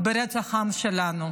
ברצח העם שלנו.